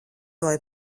lai